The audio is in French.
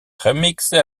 remixée